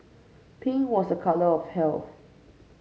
pink was a colour of health